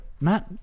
Matt